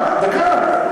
בבקשה, דקה.